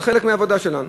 זה חלק מהעבודה שלנו,